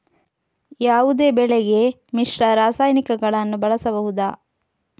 ಯಾವುದೇ ಬೆಳೆಗೆ ಮಿಶ್ರ ರಾಸಾಯನಿಕಗಳನ್ನು ಬಳಸಬಹುದಾ?